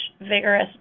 vigorous